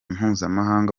mpuzamahanga